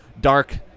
Dark